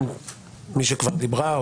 אם מי שכבר דיברה,